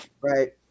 right